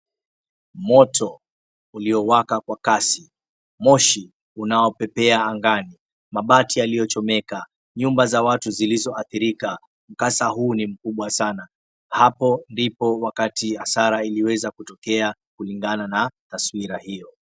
Moto uliyowaka kwa kasi, moshi unaopepea angani, mabati yaliyochomeka, nyumba za watu zilizoathirika, mkasa huu ni mkubwa sana. Hapo ndipo wakati hasara iliweza kutokea kulingana na taswira hiyo.